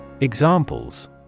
Examples